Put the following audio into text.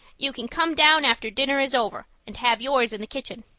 you can come down after dinner is over and have yours in the kitchen.